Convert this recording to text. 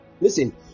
Listen